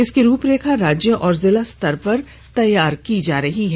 इसकी रूपरेखा राज्य और जिला स्तर पर तैयार की जा रही हैं